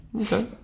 Okay